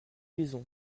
lisons